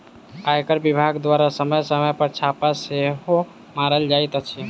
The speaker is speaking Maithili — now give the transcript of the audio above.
आयकर विभाग द्वारा समय समय पर छापा सेहो मारल जाइत अछि